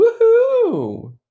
Woohoo